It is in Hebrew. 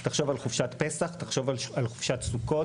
תחשוב על חופשת פסח, על חופשת סוכות.